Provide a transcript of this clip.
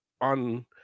on